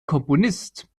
komponist